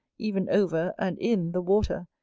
even over, and in, the water,